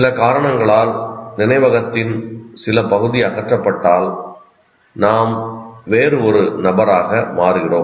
சில காரணங்களால் நினைவகத்தின் சில பகுதி அகற்றப்பட்டால் நாம் வேறு ஒரு நபராக மாறுகிறோம்